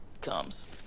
comes